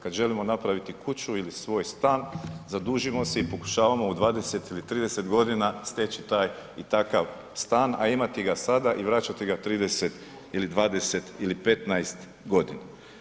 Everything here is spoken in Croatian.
Kada želimo napraviti kuću ili svoj stan, zadužimo se i pokušavamo u 20 ili 30 godina steći taj i takav stan, a imati ga sada i vraćati ga 30 ili 20 ili 15 godina.